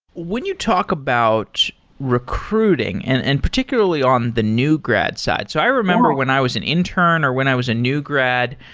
when you talk about recruiting, and and particularly on the new grad side. so i remember when i was an intern or when i was a new grad,